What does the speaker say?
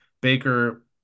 Baker